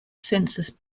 census